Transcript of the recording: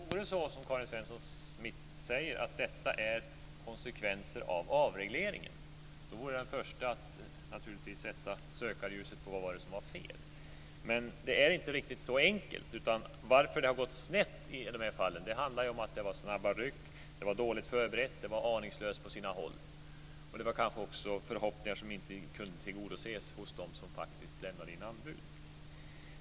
Fru talman! Om det vore som Karin Svensson Smith säger, att detta är konsekvenser av avregleringen, då vore jag naturligtvis den förste att sätta sökarljuset på vad det var som var fel. Men det är inte riktigt så enkelt. Varför det har gått snett i dessa fall handlar ju om att det har varit snabba ryck, att det var dåligt förberett och att det var aningslöst på sina håll. Det var kanske också förhoppningar som inte kunde tillgodoses hos dem som faktiskt lämnade in anbud.